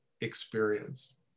experience